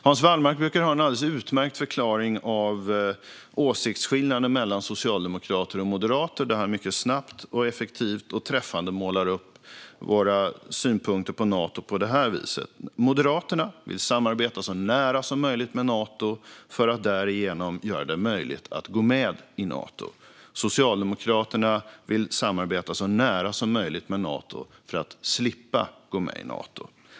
Hans Wallmark brukar ha en alldeles utmärkt förklaring av åsiktsskillnaden mellan socialdemokrater och moderater, där han mycket snabbt, effektivt och träffande målar upp våra synpunkter på Nato på det här viset: Moderaterna vill samarbeta så nära som möjligt med Nato för att därigenom göra det möjligt för Sverige att gå med i Nato. Socialdemokraterna vill samarbeta så nära som möjligt med Nato för att Sverige ska slippa gå med i Nato.